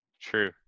true